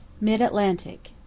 MID-ATLANTIC